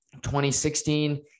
2016